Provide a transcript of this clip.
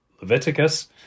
Leviticus